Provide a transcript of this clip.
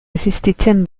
existitzen